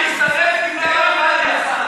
אתה מסלף את דברי הרב עובדיה.